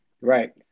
right